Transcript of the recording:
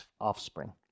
offspring